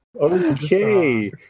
Okay